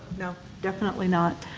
no, definitely not.